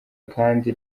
kandi